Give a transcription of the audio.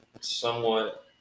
somewhat